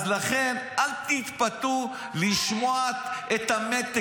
אז לכן, אל תתפתו לשמוע את המתק